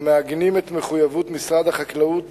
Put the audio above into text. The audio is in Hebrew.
המעגנים את מחויבות משרד החקלאות